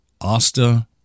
Asta